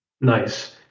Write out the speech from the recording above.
Nice